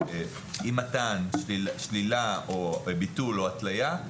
אם מתן שלילה או ביטול או התלייה.